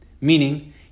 meaning